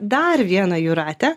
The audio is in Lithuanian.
dar vieną jūratę